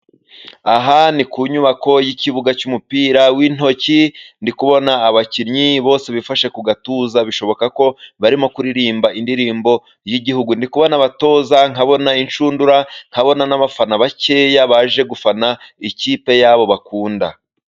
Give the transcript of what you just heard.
Aha ni kunyubako y'ikibuga cy'umupira w'intoki, ndikubona abakinnyi bose bifashe ku gatuza, bishoboka ko barimo kuririmba indirimbo y'igihugu, ndikubona abatoza, nkabona inshundura, nkabona n'abafana bakeya, baje gufana ikipe yabo bakunda.